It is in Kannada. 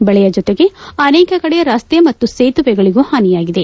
ಬೆಳೆ ಜೊತೆಗೆ ಅನೇಕ ಕಡೆ ರಸ್ತೆ ಮತ್ತು ಸೇತುವೆಗಳಿಗೂ ಹಾನಿಯಾಗಿದೆ